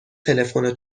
تلفن